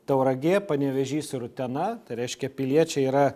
tauragė panevėžys ir utena tai reiškia piliečiai yra